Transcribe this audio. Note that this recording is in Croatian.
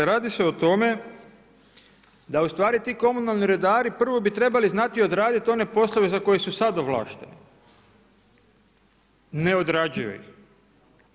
I radi se o tome da u stvari ti komunalni redari prvo bi trebali znati odraditi one poslove za koje su sad ovlašteni, ne odrađuju ih.